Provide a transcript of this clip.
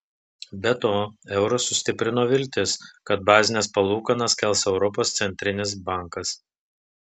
be to eurą sustiprino viltis kad bazines palūkanas kels europos centrinis bankas